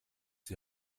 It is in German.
die